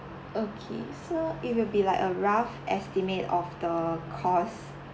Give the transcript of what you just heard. okay so it will be like a rough estimate of the cost